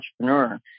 entrepreneur